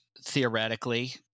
theoretically